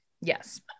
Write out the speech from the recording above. yes